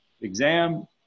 exam